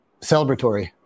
celebratory